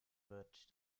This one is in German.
wird